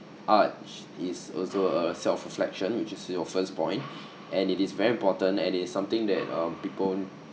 arts is also a self reflection which is your first point and it is very important and it's something that um people